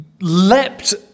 leapt